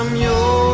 um you